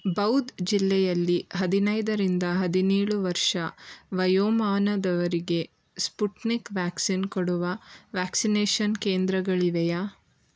ಬೌದ್ ಜಿಲ್ಲೆಯಲ್ಲಿ ಹದಿನೈದರಿಂದ ಹದಿನೇಳು ವರ್ಷ ವಯೋಮಾನದವರಿಗೆ ಸ್ಪುಟ್ನಿಕ್ ವ್ಯಾಕ್ಸಿನ್ ಕೊಡುವ ವ್ಯಾಕ್ಸಿನೇಷನ್ ಕೇಂದ್ರಗಳಿವೆಯೇ